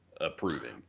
approving